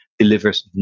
delivers